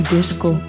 Disco